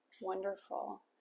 Wonderful